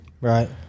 Right